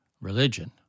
religion